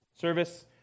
service